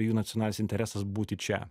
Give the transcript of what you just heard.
jų nacionalinis interesas būti čia